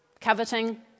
coveting